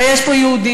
ויש פה יהודים,